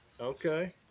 Okay